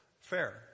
fair